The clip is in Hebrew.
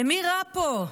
למי רע פה?